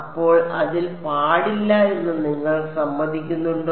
അപ്പോൾ അതിൽ പാടില്ല എന്ന് നിങ്ങൾ സമ്മതിക്കുന്നുണ്ടോ